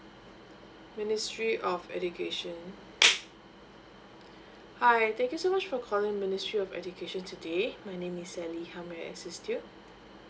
ministry of education hi thank you so much for calling ministry of education today my name is sally how may I assist you